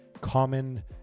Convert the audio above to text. common